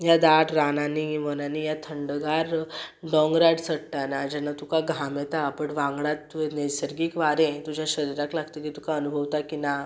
ह्या दाट रानांनी वनांनी ह्या थंडगार डोंगरार चडटाना जेन्ना तुका घाम येता बट वांगडा तुवें नैसर्गीक वारें तुज्या शरिराक लागतगीर तुका अनुभवता की ना